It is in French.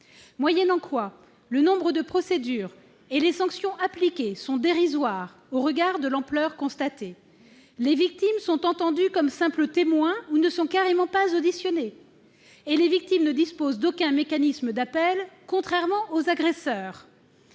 dernier. Le nombre de procédures et les sanctions appliquées sont dérisoires au regard de l'ampleur du phénomène. Les victimes sont entendues comme simples témoins ou ne sont carrément pas auditionnées, et elles ne disposent d'aucun mécanisme d'appel, contrairement aux agresseurs